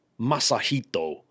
Masahito